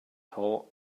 tall